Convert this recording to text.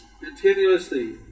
continuously